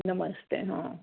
नमस्ते हां